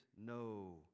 no